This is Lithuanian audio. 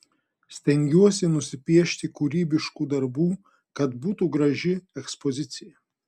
stengiuosi nusipiešti kūrybiškų darbų kad būtų graži ekspozicija